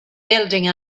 building